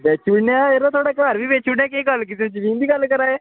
बेची ओड़ने आं यरो थुआढ़ा घर बी बेची ओड़ने केह् गल्ल कीती तुस जमीन दी गल्ल करा दे